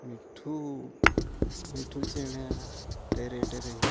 ᱢᱤᱴᱷᱩ ᱢᱤᱴᱷᱩ ᱪᱮᱬᱮ ᱴᱮᱨᱮ ᱴᱮᱨᱮ